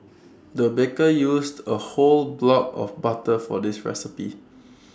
the baker used A whole block of butter for this recipe